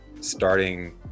starting